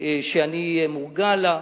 שאני מורגל לה.